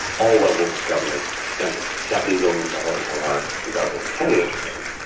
all levels of government spent seven billion dollars on our two thousand and ten winter games.